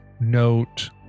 note